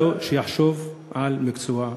אני מציע לו שיחשוב על מקצוע אחר.